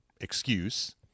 excuse